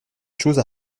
chose